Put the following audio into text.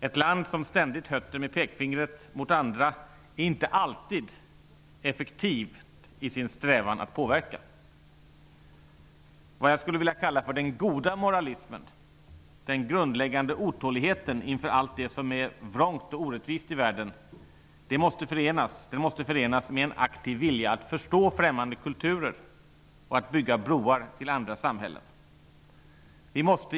Ett land som ständigt hötter med pekfingret mot andra är inte alltid effektivt i sin strävan att påverka. Det som jag skulle vilja kalla för den goda moralismen, den grundläggande otåligheten inför allt det som är vrångt och orättvist i världen, måste förenas med en aktiv vilja att förstå främmande kulturer och bygga broar till andra samhällen.